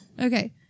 Okay